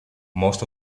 most